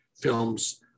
films